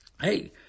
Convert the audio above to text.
Hey